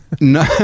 no